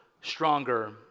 stronger